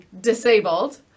disabled